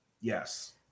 Yes